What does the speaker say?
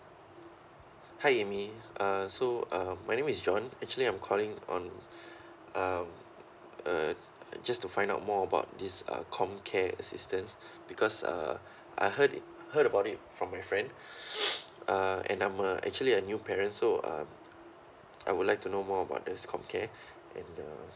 hi A M Y uh so uh my name is J O H N actually I'm calling on uh uh just to find out more about this uh com care assistance because uh I heard heard about it from my friend uh and I'm a actually a new parent so uh I would like to know more about this com care and uh